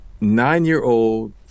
nine-year-old